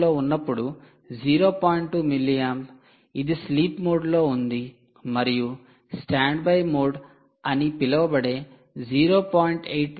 2 mA ఇది sleep mode లో ఉంది మరియు స్టాండ్బై మోడ్ అని పిలువబడే 0